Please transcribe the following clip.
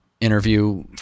interview